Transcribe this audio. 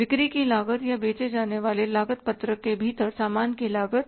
बिक्री की लागत या बेचे जाने वाले लागत पत्रक के भीतर सामान की लागत